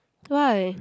why